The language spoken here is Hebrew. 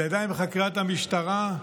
זה עדיין בחקירת המשטרה.